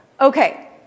okay